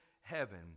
heaven